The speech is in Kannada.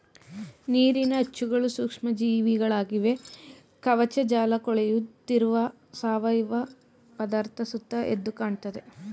ನೀರಿನ ಅಚ್ಚುಗಳು ಸೂಕ್ಷ್ಮ ಜೀವಿಗಳಾಗಿವೆ ಕವಕಜಾಲಕೊಳೆಯುತ್ತಿರುವ ಸಾವಯವ ಪದಾರ್ಥ ಸುತ್ತ ಎದ್ದುಕಾಣ್ತದೆ